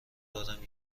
دارم